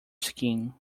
skin